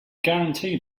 guarantee